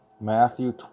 Matthew